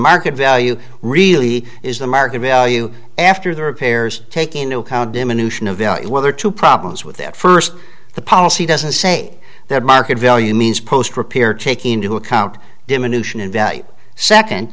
market value really is the market value after the repairs take into account diminution of whether to problems with that first the policy doesn't say that market value means post repair taking into account diminution in value second